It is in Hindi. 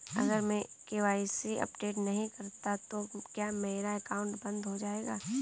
अगर मैं के.वाई.सी अपडेट नहीं करता तो क्या मेरा अकाउंट बंद हो जाएगा?